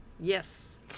Yes